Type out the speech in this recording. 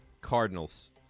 Cardinals